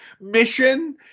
mission